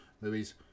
movies